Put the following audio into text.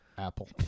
apple